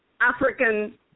African